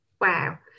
wow